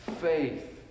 faith